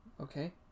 Okay